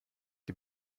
die